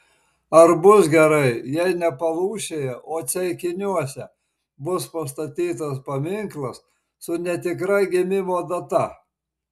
ar bus gerai jei ne palūšėje o ceikiniuose bus pastatytas paminklas su netikra gimimo data